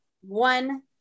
one